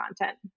content